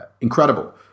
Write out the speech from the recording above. incredible